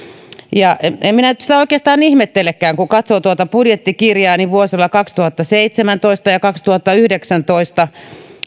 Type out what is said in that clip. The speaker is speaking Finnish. enkä minä nyt sitä oikeastaan ihmettelekään kun katsoo tuota budjettikirjaa niin vuosilta kaksituhattaseitsemäntoista viiva kaksituhattayhdeksäntoista